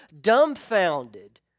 dumbfounded